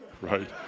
right